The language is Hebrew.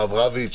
הרב רביץ,